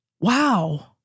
wow